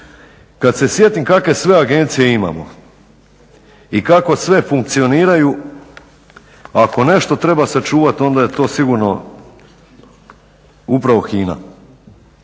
kad se sjetim kakve sve agencije imamo i kako sve funkcioniraju, ako nešto treba sačuvati onda je to sigurno upravo HINA.